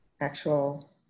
actual